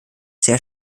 sehr